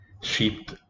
sheep